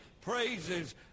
praises